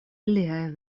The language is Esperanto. liaj